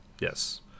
Yes